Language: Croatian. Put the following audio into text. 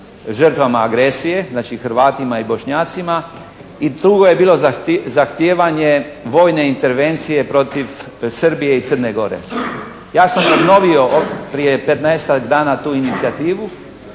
žrtvama agresije, znači Hrvatima i Bošnjacima. I drugo je bilo zahtijevanje vojne intervencije protiv Srbije i Crne Gore. Ja sam obnovio prije 15-ak dana tu inicijativu.